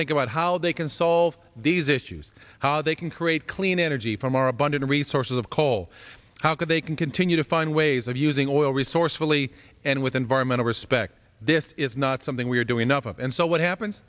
think about how they can solve these issues how they can create clean energy from our abundant resources of coal how could they can continue to find ways of using oil resourcefully and with environmental respect this is not something we're doing enough and so what happens